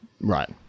Right